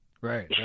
Right